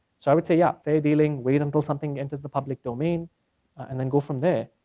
so i would say yeah, fair dealing, wait until something enters the public domain and then go from there.